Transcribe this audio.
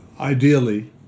ideally